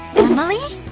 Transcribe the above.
emily?